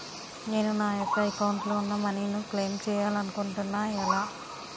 నేను నా యెక్క అకౌంట్ లో ఉన్న మనీ ను క్లైమ్ చేయాలనుకుంటున్నా ఎలా?